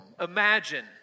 Imagine